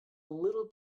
little